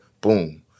boom